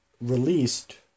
released